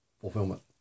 fulfillment